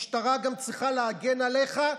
משטרה גם צריכה להגן עליך,